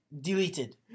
deleted